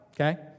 okay